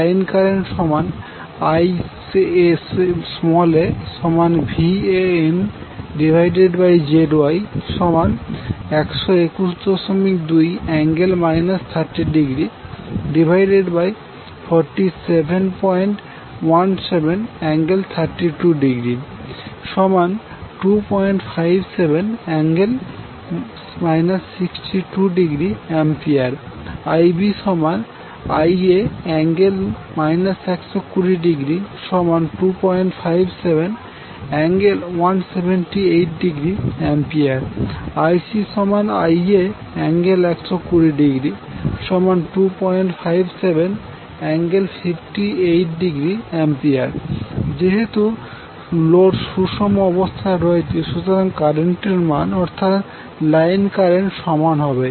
line current সমান IaVanZY1212∠ 30°4717∠32°257∠ 62°A IbIa∠ 120°257∠178°A IcIa∠120°257∠58°A যেহেতু load সুষম অবস্থায় রয়েছে সুতরাং কারেন্টের মান অর্থাৎ লাইন কারেন্ট সমান হবে